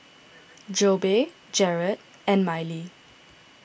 Jobe Jarrad and Miley